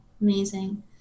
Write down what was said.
Amazing